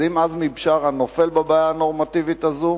אז אם עזמי בשארה נופל בבעיה הנורמטיבית הזו,